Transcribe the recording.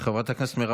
חבר הכנסת ווליד טאהא,